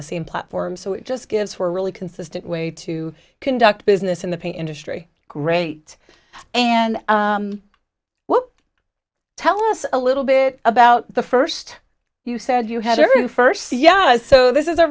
the same platform so it just gives her really consistent way to conduct business in the pay industry great and what tell us a little bit about the first you said you had a very first yes so this is a